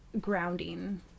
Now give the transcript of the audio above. grounding